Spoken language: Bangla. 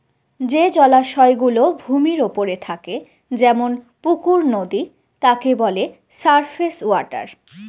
যে জল গুলো ভূমির ওপরে থাকে যেমন পুকুর, নদী তাকে বলে সারফেস ওয়াটার